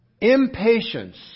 Impatience